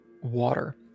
water